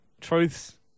Truths